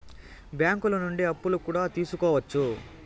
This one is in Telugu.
బ్యాంకులు నుండి అప్పులు కూడా తీసుకోవచ్చు